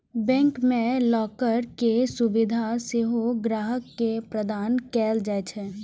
bank मे locker के सुविधा सेहो ग्राहक के प्रदान कैल जाइ छै